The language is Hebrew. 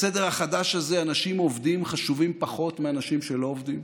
בסדר החדש הזה אנשים עובדים חשובים פחות מאנשים שלא עובדים,